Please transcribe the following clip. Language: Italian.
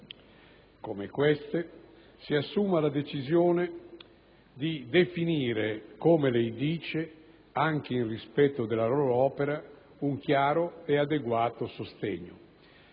come queste, si assuma la decisione di definire - come lei dice - anche rispetto alla loro opera un chiaro e adeguato sostegno,